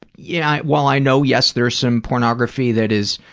yeah, while i know, yes, there's some pornography that is,